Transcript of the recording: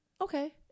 okay